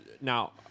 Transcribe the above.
Now